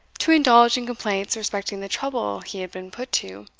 to indulge in complaints respecting the trouble he had been put to,